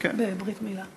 בברית מילה.